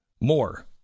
More